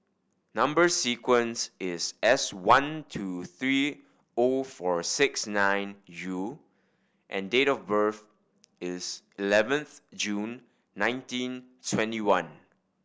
number sequence is S one two three O four six nine U and date of birth is eleventh June nineteen twenty one